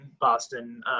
Boston